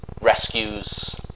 rescues